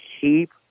keep